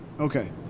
Okay